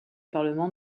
parlement